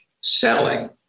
selling